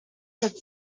said